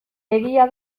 egia